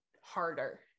harder